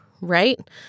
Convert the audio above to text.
right